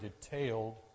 detailed